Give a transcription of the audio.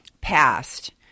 passed